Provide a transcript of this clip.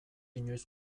inoiz